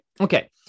Okay